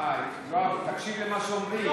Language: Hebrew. יואב, תקשיב למה שאומרים.